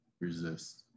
resist